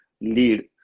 lead